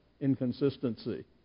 inconsistency